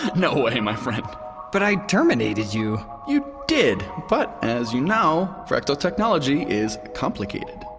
no way, my friend but i terminated you you did, but as you know, fractal technology is complicated.